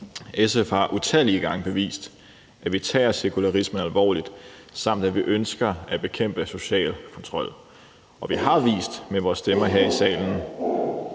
SF har utallige gange bevist, at vi tager sekularisme alvorligt, samt at vi ønsker at bekæmpe social kontrol, og vi har jo vist med vores stemmer her i salen,